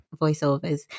voiceovers